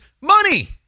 money